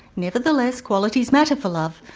nevertheless, qualities matter for love,